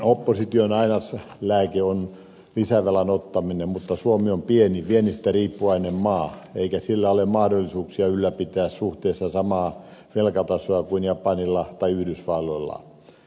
opposition ainaislääke on lisävelan ottaminen mutta suomi on pieni viennistä riippuvainen maa eikä sillä ole mahdollisuuksia ylläpitää suhteessa samaa velkatasoa kuin japanilla tai yhdysvalloilla